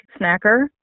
snacker